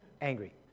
angry